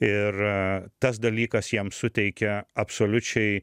ir tas dalykas jam suteikia absoliučiai